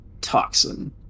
toxin